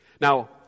Now